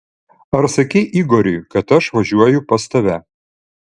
ar sakei igoriui kad aš važiuoju pas tave